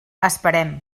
esperem